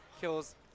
kills